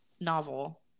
novel